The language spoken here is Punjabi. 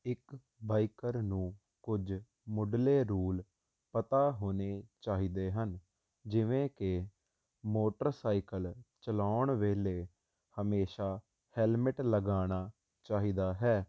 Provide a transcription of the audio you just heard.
ਇਕ ਬਾਈਕਰ ਨੂੰ ਕੁਝ ਮੁਢਲੇ ਰੂਲ ਪਤਾ ਹੋਣੇ ਚਾਹੀਦੇ ਹਨ ਜਿਵੇਂ ਕਿ ਮੋਟਰਸਾਈਕਲ ਚਲਾਉਣ ਵੇਲੇ ਹਮੇਸ਼ਾ ਹੈਲਮਟ ਲਗਾਣਾ ਚਾਹੀਦਾ ਹੈ